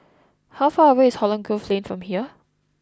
how far away is Holland Grove Lane from here